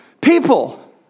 people